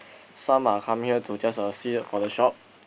some are come here to just uh see uh for the shop